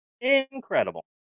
Incredible